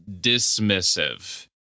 dismissive